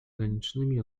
ganicznymi